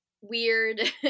weird